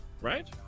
right